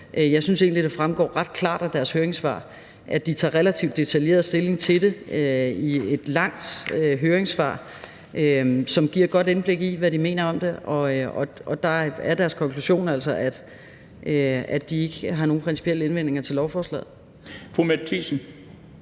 Jeg synes egentlig, det fremgår ret klart af deres høringssvar, at de tager relativt detaljeret stilling til det. Altså, i et langt høringssvar, som giver et godt indblik i, hvad de mener om det, er deres konklusion, at de ikke har nogen principielle indvendinger mod lovforslaget.